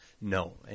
no